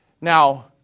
Now